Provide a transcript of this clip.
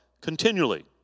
continually